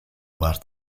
waard